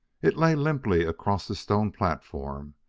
it lay limply across the stone platform,